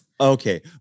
okay